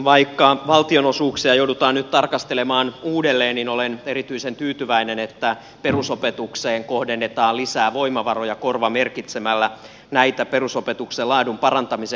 vaikka valtionosuuksia joudutaan nyt tarkastelemaan uudelleen niin olen erityisen tyytyväinen että perusopetukseen kohdennetaan lisää voimavaroja korvamerkitsemällä näitä perusopetuksen laadun parantamiseen